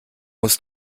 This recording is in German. muss